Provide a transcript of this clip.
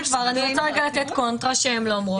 אם כבר אני רוצה לתת קונטרה שהן לא אומרות.